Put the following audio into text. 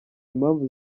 impamvu